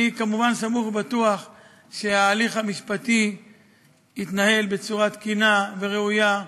אני כמובן סמוך ובטוח שההליך המשפטי יתנהל בצורה תקינה וראויה,